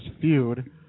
feud